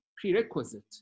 prerequisite